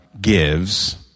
gives